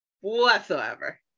whatsoever